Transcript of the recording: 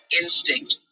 instinct